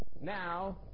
now